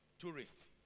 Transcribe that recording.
tourists